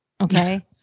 okay